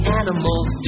animals